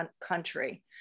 country